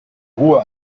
ruhe